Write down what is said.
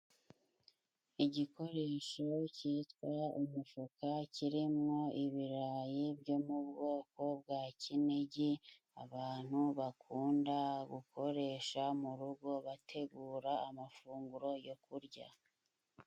Igikoresho cyitwa umufuka kirimwo ibirayi byo mu bwoko bwa Kinigi abantu bakunda gukoresha murugo bategura amafunguro yo kurya.